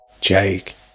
jake